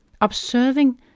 Observing